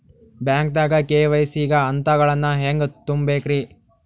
ಬ್ಯಾಂಕ್ದಾಗ ಕೆ.ವೈ.ಸಿ ಗ ಹಂತಗಳನ್ನ ಹೆಂಗ್ ತುಂಬೇಕ್ರಿ?